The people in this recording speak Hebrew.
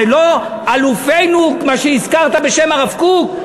הם לא אלופינו, מה שהזכרת בשם הרב קוק?